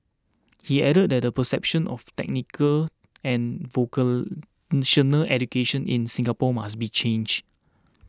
he added that the perception of technical and education in Singapore must be changed